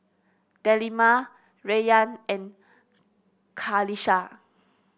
Delima Rayyan and Qalisha